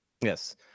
Yes